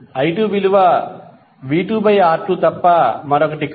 i2 విలువ vR2 తప్ప మరొకటి కాదు